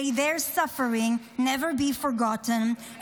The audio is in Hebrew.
May their suffering never be forgotten,